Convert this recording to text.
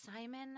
Simon –